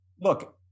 Look